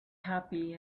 happy